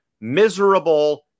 miserable